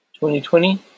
2020